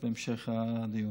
תודה.